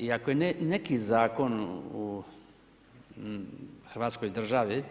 I ako je neki Zakon u hrvatskoj državi